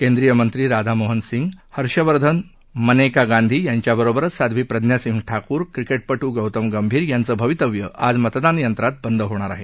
केंद्रीय मंत्री राधामोहन सिंह हर्षवर्धन मनेका गांधी यांच्या बरोबरच साध्वी प्रज्ञा सिंह ठाकूर क्रिकेटपटू गौतम गंभीर यांचं भवितव्य आज मतदान यंत्रात बंद होणार आहे